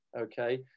okay